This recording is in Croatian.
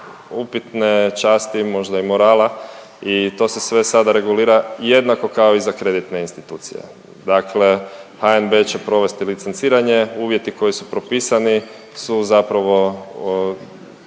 upitne časti, možda i morala i to se sve sada regulira jednako kao i za kreditne institucije. Dakle HNB će provesti licenciranje, uvjeti koji su propisani su zapravo